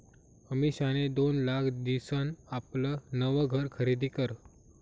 अमिषानी दोन लाख दिसन आपलं नवं घर खरीदी करं